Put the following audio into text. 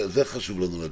את זה חשוב לנו לדעת.